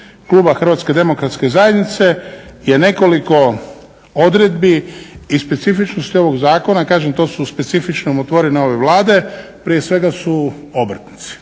Kluba Hrvatske Demokratske Zajednice je nekoliko odredbi i specifičnosti ovoga zakona, kažem to su specifične nomotvorine ove Vlade, prije svega su obrtnici.